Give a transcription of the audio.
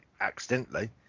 accidentally